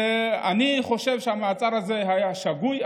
אני חושב שהמעצר הזה היה שגוי,